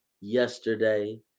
yesterday